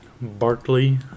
Barkley